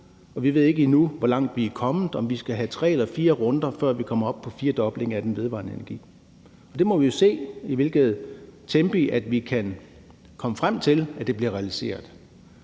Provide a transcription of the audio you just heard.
og vi ved ikke endnu, hvor langt vi er kommet, og om vi skal have tre eller fire runder, før vi kommer op på en firedobling i forhold til den vedvarende energi, og der må vi jo se, i hvilket tempo vi kan komme frem til, at det bliver realiseret.